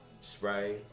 Spray